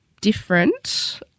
different